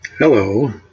Hello